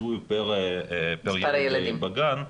הפיצוי הוא פר מספר הילדים בגן,